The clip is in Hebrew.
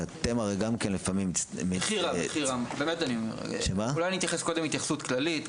שאתם הרי גם כן --- אולי אני אתייחס קודם התייחסות כללית.